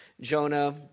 Jonah